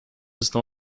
estão